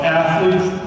athletes